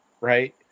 right